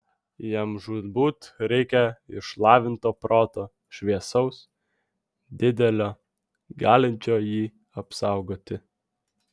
jam žūtbūt reikia išlavinto proto šviesaus didelio galinčio jį apsaugoti